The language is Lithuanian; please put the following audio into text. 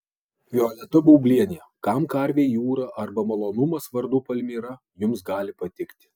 violeta baublienė kam karvei jūra arba malonumas vardu palmira jums gali patikti